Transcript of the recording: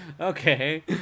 Okay